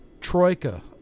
troika